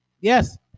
Yes